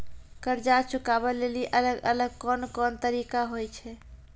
कर्जा चुकाबै लेली अलग अलग कोन कोन तरिका होय छै?